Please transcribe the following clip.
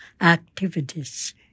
activities